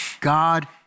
God